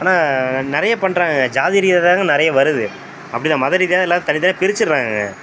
ஆனால் நிறைய பண்ணுறாங்க ஜாதி ரீதியாக தாங்க நிறைய வருது அப்படி தான் மத ரீதியாக எல்லோரும் தனி தனியாக பிரிச்சுட்றாங்கங்க